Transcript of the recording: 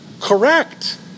Correct